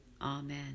Amen